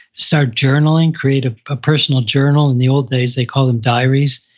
start journaling, create a ah personal journal. in the old days, they called them diaries.